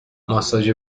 ماساژ